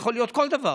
יכול להיות כל דבר,